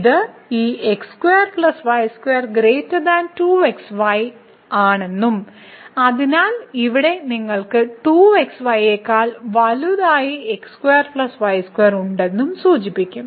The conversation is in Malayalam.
ഇത് ഈ ആണെന്നും അതിനാൽ ഇവിടെ നിങ്ങൾക്ക് 2xy യേക്കാൾ വലുതായി x2 y2 ഉണ്ടെന്നും സൂചിപ്പിക്കും